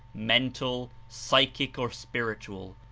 mental, psychic or spiritual,